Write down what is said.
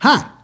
Hi